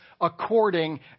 according